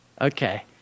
Okay